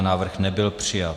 Návrh nebyl přijat.